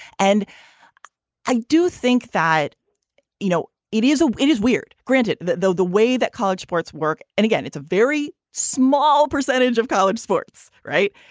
and i do think that you know it is a it is weird granted that though the way that college sports work. and again it's a very small percentage of college sports right.